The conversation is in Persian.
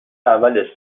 اول